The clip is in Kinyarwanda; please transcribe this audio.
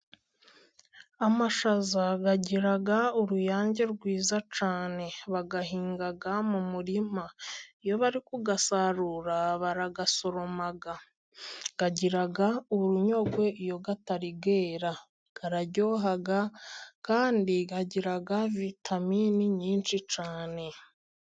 Amashaza agira uruyange rwiza cyane, bayahinga mu murima, iyo bari kuyasarura barayasoroma, agira urunyogwe, iyo atarera araryoha kandi agiraga vitaminini nyinshi cyane.